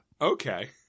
Okay